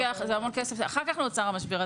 אחר כך נוצר המשבר.